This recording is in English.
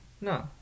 No